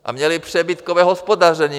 A měly přebytkové hospodaření.